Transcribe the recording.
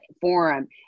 forum